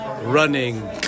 running